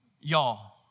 Y'all